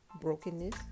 brokenness